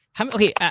Okay